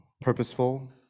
purposeful